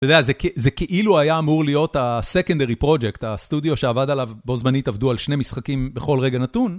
אתה יודע, זה כאילו היה אמור להיות ה-Secondary Project, הסטודיו שעבד עליו בו זמנית עבדו על שני משחקים בכל רגע נתון.